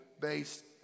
based